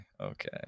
okay